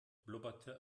blubberte